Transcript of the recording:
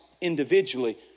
individually